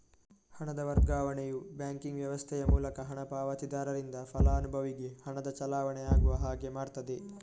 ಹಣದ ವರ್ಗಾವಣೆಯು ಬ್ಯಾಂಕಿಂಗ್ ವ್ಯವಸ್ಥೆಯ ಮೂಲಕ ಹಣ ಪಾವತಿದಾರರಿಂದ ಫಲಾನುಭವಿಗೆ ಹಣದ ಚಲಾವಣೆ ಆಗುವ ಹಾಗೆ ಮಾಡ್ತದೆ